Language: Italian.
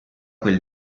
quel